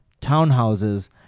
townhouses